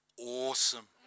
awesome